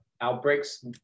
outbreaks